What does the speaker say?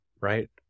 right